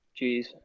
Jeez